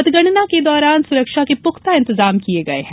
मतगणना के दौरान सुरक्षा के पुख्ता इंतजाम किए गए हैं